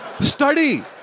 Study